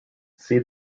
see